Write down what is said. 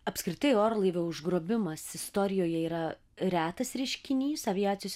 apskritai orlaivio užgrobimas istorijoje yra retas reiškinys aviacijos